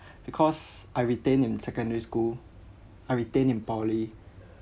because I retained in secondary school I retained in poly